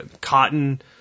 cotton